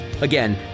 Again